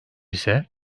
ise